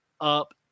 up